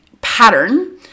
pattern